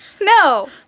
No